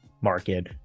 market